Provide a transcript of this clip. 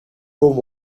komen